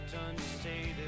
unstated